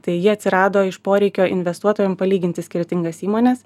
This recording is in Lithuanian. tai ji atsirado iš poreikio investuotojam palyginti skirtingas įmones